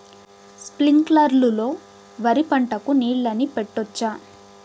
స్ప్రింక్లర్లు లో వరి పంటకు నీళ్ళని పెట్టొచ్చా?